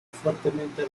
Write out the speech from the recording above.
fuertemente